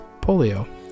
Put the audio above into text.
polio